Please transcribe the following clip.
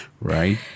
right